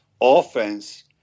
offense